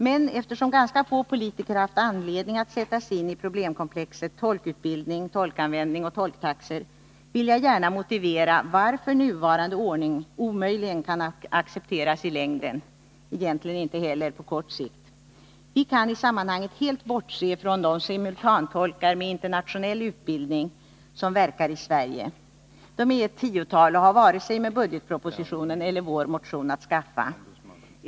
Men eftersom ganska få politiker har haft anledning att sätta sig in i problemkomplexet tolkutbildning, tolkanvändning och tolktaxor, vill jag gärna motivera varför nuvarande ordning omöjligen kan accepteras i längden — egentligen inte heller på kortare sikt. Vi kan i sammanhanget helt bortse från de simultantolkar med internationell utbildning som verkar i Sverige. De är ett tiotal och har varken med budgetpropositionen eller med vår motion att skaffa.